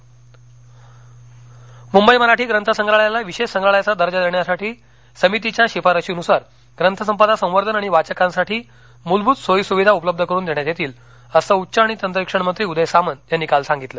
मंबई ग्रंथ संग्रहालय मुंबई मराठी ग्रंथ संग्रहालयाला विशेष संग्रहालयाचा दर्जा देण्यासाठी समितीच्या शिफारशीनुसार ग्रंथसंपदा संवर्धन आणि वाचकांसाठी मूलभूत सोयी सुविधा उपलब्ध करुन देण्यात येतील असं उच्च आणि तंत्रशिक्षण मंत्री उद्य सामंत यांनी काल सांगितलं